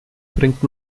bringt